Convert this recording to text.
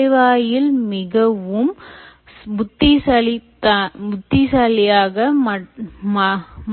நுழைவாயில் மிகவும் புத்திசாலியாக